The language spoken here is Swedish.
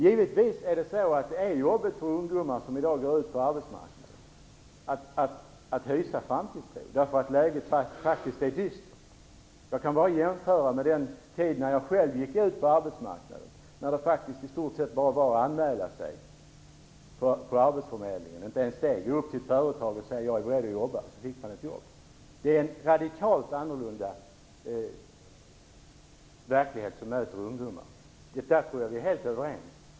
Givetvis är det jobbigt för ungdomar som vill ut på arbetsmarknaden att hysa framtidstro. Läget är faktiskt dystert. Jag kan bara jämföra med den tid när jag själv gick ut på arbetsmarknaden. Det var faktiskt i stort sett bara att anmäla sig på arbetsförmedlingen, ja, inte ens det. Man kunde gå upp till ett företag och säga: Jag är beredd att jobba, och så fick man ett jobb. Det är en radikalt annorlunda verklighet som möter ungdomarna i dag. Därom är vi helt överens.